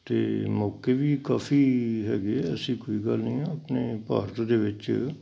ਅਤੇ ਮੌਕੇ ਵੀ ਕਾਫ਼ੀ ਹੈਗੇ ਐਸੀ ਕੋਈ ਗੱਲ ਨਹੀਂ ਆ ਆਪਣੇ ਭਾਰਤ ਦੇ ਵਿੱਚ